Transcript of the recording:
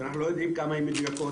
שאנחנו לא יודעים כמה הן מדויקות,